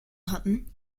hatten